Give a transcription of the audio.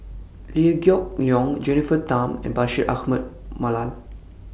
Liew Geok Leong Jennifer Tham and Bashir Ahmad Mallal